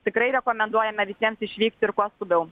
tikrai rekomenduojame visiems išvykti ir kuo skubiau